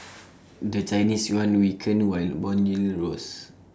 the Chinese Yuan weakened while Bond yields rose